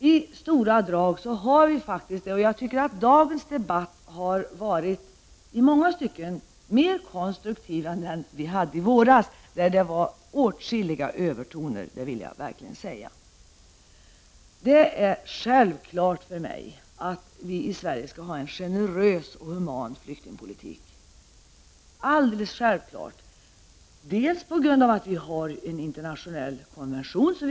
I stora drag har vi en sådan enighet. Dagens debatt har i många stycken kanske varit mer konstruktiv än den debatt vi hade i våras, där det förekom åtskilliga övertoner. Det är en självklarhet för mig att vi skall ha en generös och human flyktingpolitik i Sverige. Vi skall leva upp till den internationella konventionen.